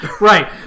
Right